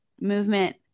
movement